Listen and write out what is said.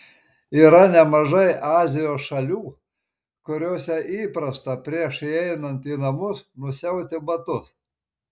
yra nemažai azijos šalių kuriose įprasta prieš įeinant į namus nusiauti batus